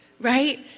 right